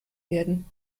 werden